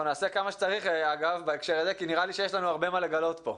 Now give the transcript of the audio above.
אנחנו נעשה כמה שצריך כי נראה לי שיש לנו הרבה מה לגלות פה.